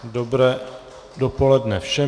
Dobré dopoledne všem.